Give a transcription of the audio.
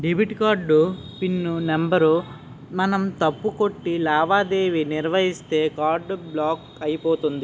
debit card PIN number మనం తప్పు కొట్టి లావాదేవీ నిర్వహిస్తే కార్డు బ్లాక్ అయిపోతుంది